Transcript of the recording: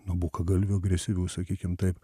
nuo bukagalvių agresyvių sakykim taip